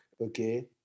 okay